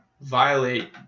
violate